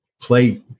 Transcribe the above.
play